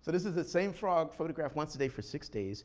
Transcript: so this is the same frog, photographed once a day, for six days.